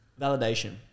validation